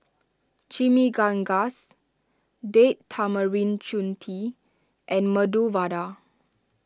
Chimichangas Date Tamarind and Medu Vada